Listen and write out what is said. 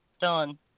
Done